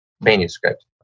manuscript